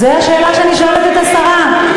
זאת השאלה שאני שואלת את השרה.